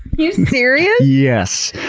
you serious? yes.